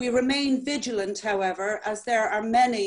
יש יותר מדי ישראלים שחושבים שאם היינו נחמדים